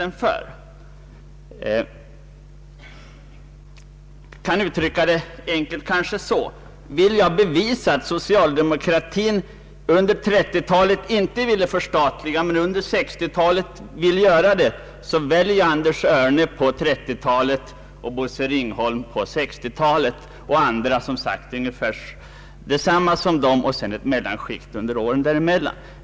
Man kan enkelt uttrycka det så: vill jag bevisa att socialdemokratin under 1930-talet inte ville förstatliga men under 1960-talet ville göra det då väljer jag Anders Örne på 1930-talet och Bosse Ringholm på 1960-talet och andra som sagt något mittemellan under åren däremellan.